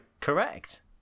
Correct